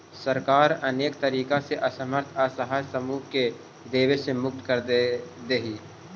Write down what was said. सरकार अनेक तरीका से असमर्थ असहाय समूह के देवे से मुक्त कर देऽ हई